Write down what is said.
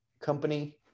company